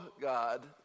God